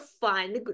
fun